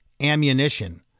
ammunition